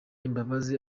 imbabazi